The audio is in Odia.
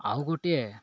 ଆଉ ଗୋଟିଏ